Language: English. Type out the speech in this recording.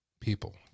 people